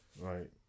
Right